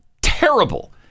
terrible